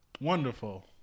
Wonderful